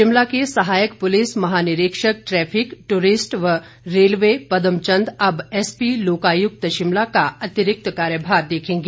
शिमला के सहायक पुलिस महानिरीक्षक ट्रैफिक दूरिस्ट व रेलवे पदम चंद अब एसपी लोकायुक्त शिमला का अतिरिक्त कार्यभार देखेंगे